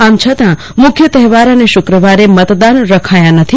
આમ છતાં મુખ્ય તહેવાર અને શુક્રવારે મતદાન રખાયાં નથી